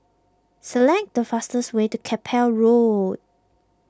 select the fastest way to Keppel Road